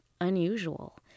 unusual